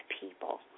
people